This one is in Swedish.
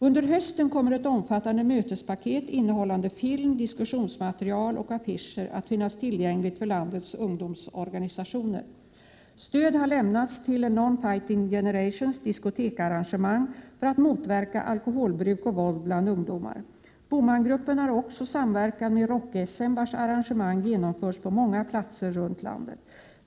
Under hösten kommer ett omfattande mötespaket innehållande film, diskussionsmaterial och affischer att finnas tillgängligt för landets ungdomsorganisationer. Stöd har lämnats till A Non Fighting Generation's diskoteksarrangemang för att motverka alkoholbruk och våld bland ungdomar. BOMAN-gruppen har också samverkat med Rock SM, vars arrangemang genomförts på många platser runt landet.